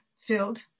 filled